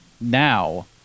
now